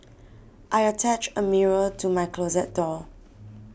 I attached a mirror to my closet door